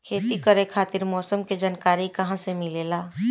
खेती करे खातिर मौसम के जानकारी कहाँसे मिलेला?